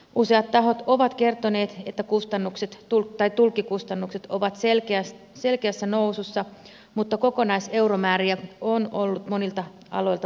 useat tahot ovat kertoneet että tulkkikustannukset ovat selkeässä nousussa mutta kokonaiseuromääriä on ollut monilta aloilta vaikea saada